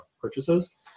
purchases